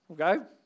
Okay